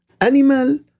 Animal